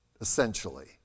Essentially